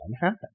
happen